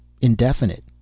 Indefinite